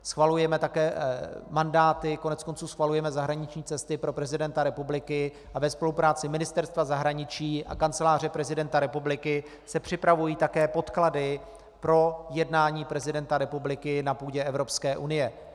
Schvalujeme také mandáty, koneckonců schvalujeme zahraniční cesty pro prezidenta republiky a ve spolupráci Ministerstva zahraničí a Kanceláře prezidenta republiky se připravují také podklady pro jednání prezidenta republiky na půdě Evropské unie.